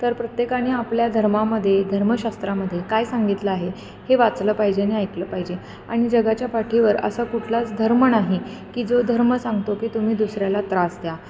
तर प्रत्येकाने आपल्या धर्मामध्ये धर्मशास्त्रामध्ये काय सांगितलं आहे हे वाचलं पाहिजे नी ऐकलं पाहिजे आणि जगाच्या पाठीवर असा कुठलाच धर्म नाही की जो धर्म सांगतो की तुम्ही दुसऱ्याला त्रास द्या